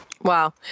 Wow